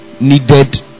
needed